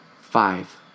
five